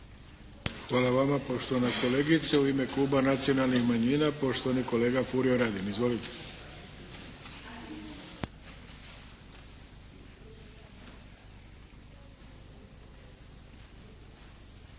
Hvala vama poštovana kolegice. U ime kluba Nacionalnih manjina, poštovani kolega Furio Radin. Izvolite. **Radin,